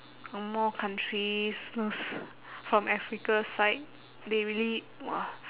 angmoh countries those from africa side they really !wah!